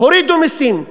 הורידו מסים,